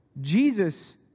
Jesus